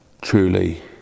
truly